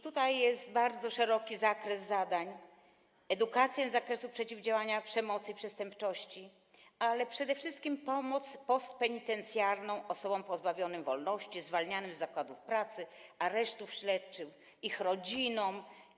Tutaj jest bardzo szeroki zakres zadań: edukacja z zakresu przeciwdziałania przemocy i przestępczości, ale przede wszystkim pomoc postpenitencjarna osobom pozbawionym wolności, zwalnianym z zakładów pracy, aresztów śledczych i ich rodzinom.